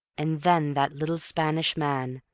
and then that little spanish man,